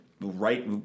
right